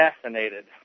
assassinated